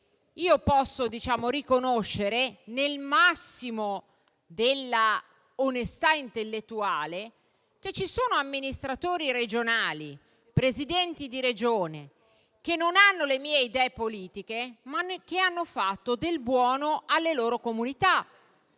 infatti riconoscere, nel massimo della onestà intellettuale, che ci sono amministratori regionali, Presidenti di Regione che non hanno le mie idee politiche, ma che hanno fatto del bene alle loro comunità.